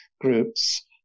groups